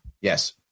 Yes